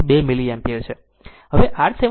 2 milliampere છે